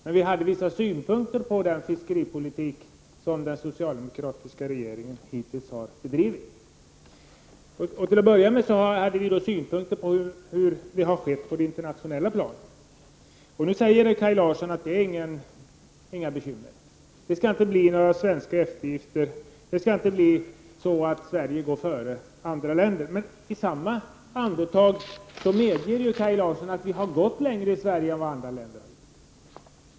Däremot har vi vissa synpunkter på den fiskeripolitik som den socialdemokratiska regeringen hittills har bedrivit. Till att börja med har vi synpunkter på hur det har gått på det internatio nella planet. Kaj Larsson säger att det inte finns några bekymmer. Det skall inte bli några svenska eftergifter, och Sverige skall inte gå före andra länder. Men i samma andetag medger Kaj Larsson att Sverige har gått längre än andra länder.